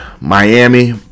Miami